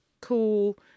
cool